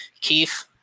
Keith